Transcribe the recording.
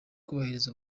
kubahiriza